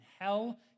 hell